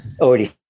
Already